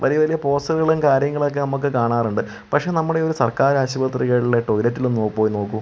വലിയ വലിയ പോസ്റ്ററുകളും കാര്യങ്ങളൊക്കെ നമുക്കു കാണാറുണ്ട് പക്ഷെ നമ്മുടെ ഒരു സർക്കാർ ആശുപത്രികളിലെ ടോയ്ലറ്റിൽ ഒന്നു നോ പോയി നോക്കൂ